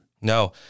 No